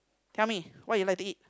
tell me what you like to eat